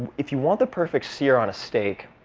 if you want the perfect sear on a steak,